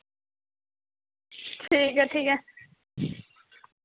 ठीक ऐ ठीक ऐ